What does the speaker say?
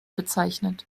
bezeichnet